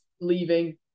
leaving